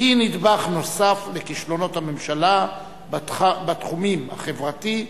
היא נדבך נוסף בכישלונות הממשלה בתחומים החברתי,